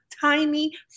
tiny